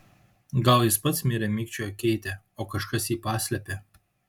gal jis pats mirė mikčiojo keitė o kažkas jį paslėpė